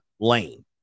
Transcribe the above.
lane